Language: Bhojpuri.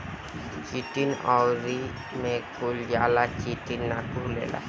चिटिन अउरी चिटोसन में इहे अंतर बावे की चिटोसन पानी में घुल जाला चिटिन ना घुलेला